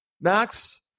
Max